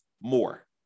more